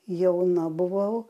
jauna buvau